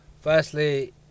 Firstly